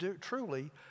truly